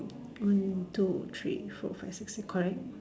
one two three four five six correct